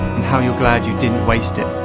and how your glad you didn't waste it,